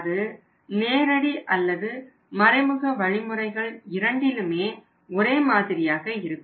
அது நேரடி அல்லது மறைமுக வழி முறைகள் இரண்டிலுமே ஒரே மாதிரியாக இருக்கும்